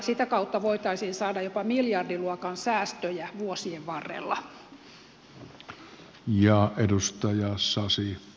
sitä kautta voitaisiin saada jopa miljardiluokan säästöjä vuosien varrella